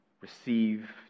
receive